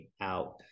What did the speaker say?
out